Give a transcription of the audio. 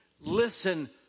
Listen